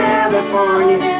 California